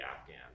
Afghan